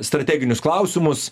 strateginius klausimus